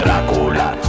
Dracula